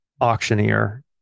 auctioneer